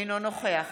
אינו נוכח